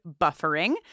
buffering